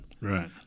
Right